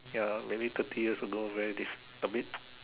ya maybe thirty years ago very different a bit